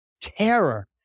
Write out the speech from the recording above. terror